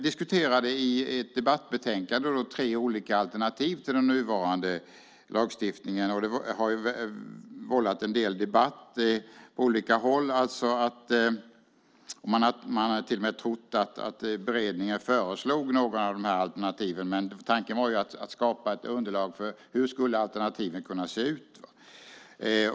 I ett debattbetänkande diskuterade man tre olika alternativ till den nuvarande lagstiftningen. Det har vållat en del debatt på olika håll. Man har till och med trott att beredningen föreslog några av alternativen, men tanken var att skapa ett underlag för hur alternativen skulle kunna se ut.